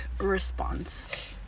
response